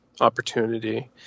opportunity